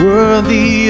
Worthy